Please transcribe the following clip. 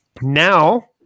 Now